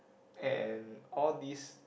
and all these